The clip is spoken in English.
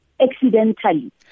accidentally